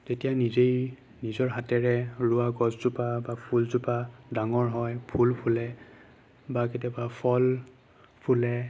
যেতিয়া নিজেই নিজৰ হাতেৰে ৰোৱা গছজোপা বা ফুলজোপা ডাঙৰ হয় ফুল ফুলে বা কেতিয়াবা ফল ফুলে